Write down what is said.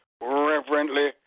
reverently